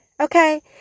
Okay